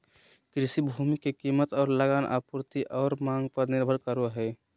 कृषि भूमि के कीमत और लगान आपूर्ति और मांग पर निर्भर करो हइ